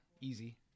easy